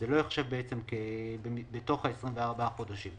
לא ייחשב בתוך ה-24 חודשים.